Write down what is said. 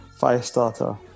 Firestarter